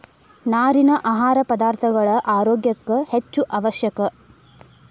ನಾರಿನ ಆಹಾರ ಪದಾರ್ಥಗಳ ಆರೋಗ್ಯ ಕ್ಕ ಹೆಚ್ಚು ಅವಶ್ಯಕ